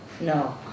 No